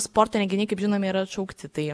sporto renginiai kaip žinome yra atšaukti tai